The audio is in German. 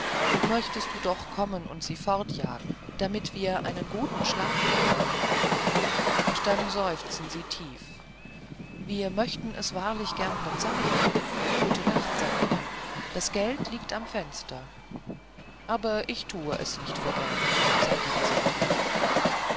möchtest du doch kommen und sie fortjagen damit wir einen guten schlaf bekämen und dann seufzen sie tief wir möchten es wahrlich gern bezahlen gute nacht sandmann das geld liegt im fenster aber ich thue es nicht für geld sagte der sandmann